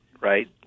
right